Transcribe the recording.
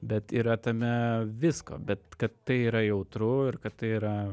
bet yra tame visko bet kad tai yra jautru ir kad tai yra